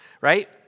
right